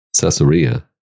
Caesarea